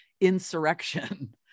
Insurrection